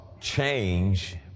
change